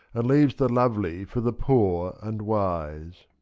and leaves the lovely for the poor and wise.